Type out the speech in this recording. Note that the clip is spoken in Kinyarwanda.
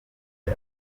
ati